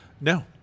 no